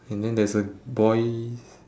and then there is a boy